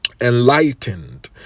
enlightened